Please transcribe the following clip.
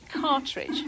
cartridge